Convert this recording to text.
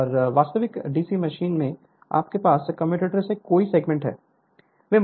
और वास्तविक DC machine में आपके पास कम्यूटेटर के कई सेगमेंट हैं